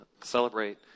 celebrate